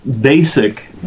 basic